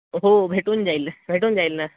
हो भेटून जाईल ना भेटून जाईल ना